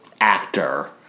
actor